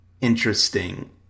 interesting